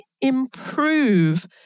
improve